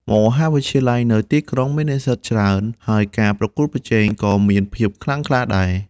មហាវិទ្យាល័យនៅទីក្រុងមាននិស្សិតច្រើន ហើយការប្រកួតប្រជែងក៏មានភាពខ្លាំងក្លាដែរ។